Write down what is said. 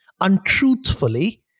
untruthfully